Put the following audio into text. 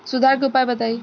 सुधार के उपाय बताई?